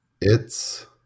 It's-